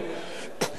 שמחריג